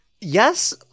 Yes